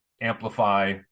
amplify